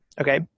Okay